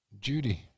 Judy